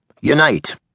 unite